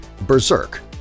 Berserk